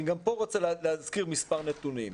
אני גם פה רוצה להזכיר מספר נתונים.